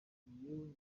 ngingo